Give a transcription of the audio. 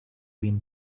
been